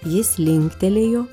jis linktelėjo